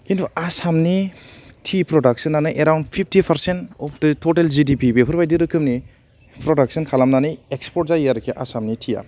खिन्थु आसामनि टि प्रडाक्सनानो around fifty percent of the total G D P बेफोरबायदि रोखोमनि प्रडाक्सन खालामनानै एक्सपर्ट जायो आरो आसामनि टि आ